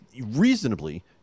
reasonably